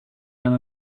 done